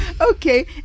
Okay